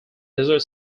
desert